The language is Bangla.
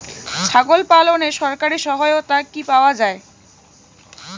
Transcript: ছাগল পালনে সরকারি সহায়তা কি পাওয়া যায়?